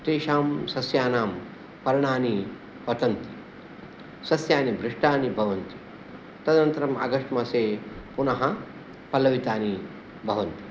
तेषां सस्यानां पर्णानि पतन्ति सस्यानि भ्रष्टानि भवन्ति तदनन्तरम् आगस्ट् मासे पुनः पल्लवितानि भवन्ति